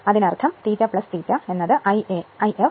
അതിനർത്ഥം ∅∅ Ia If I ∅